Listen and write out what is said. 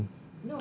make something